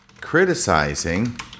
criticizing